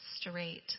straight